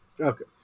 Okay